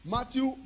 Matthew